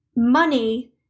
Money